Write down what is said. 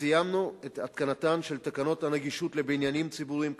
סיימנו את התקנתן של תקנות הנגישות לבניינים ציבוריים קיימים,